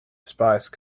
spice